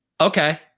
Okay